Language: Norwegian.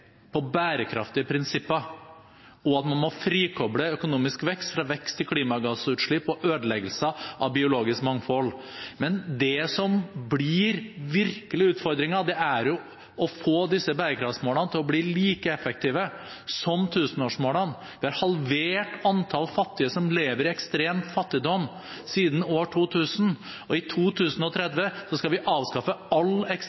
på bærekraftige prinsipper, og at man må frikoble økonomisk vekst fra vekst i klimagassutslipp og ødeleggelse av biologisk mangfold. Men det som virkelig blir utfordringen, er å få disse bærekraftmålene til å bli like effektive som tusenårsmålene. Vi har halvert antall fattige som lever i ekstrem fattigdom, siden år 2000, og i 2030 skal vi avskaffe all